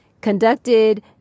conducted